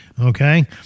okay